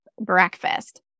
breakfast